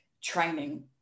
training